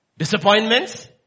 Disappointments